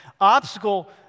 obstacle